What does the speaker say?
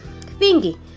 thingy